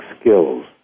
skills